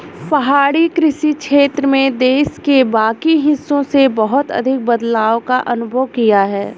पहाड़ी कृषि क्षेत्र में देश के बाकी हिस्सों से बहुत अधिक बदलाव का अनुभव किया है